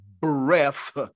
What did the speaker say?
breath